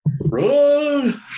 Run